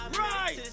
right